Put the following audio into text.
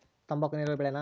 ತಂಬಾಕು ನೇರಾವರಿ ಬೆಳೆನಾ?